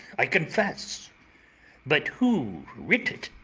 i confess but who writ it?